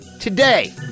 today